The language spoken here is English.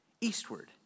Eastward